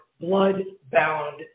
blood-bound